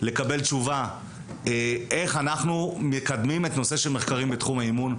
לקבל תשובה איך אנחנו מקדמים את הנושא של מחקרים בתחום האימון.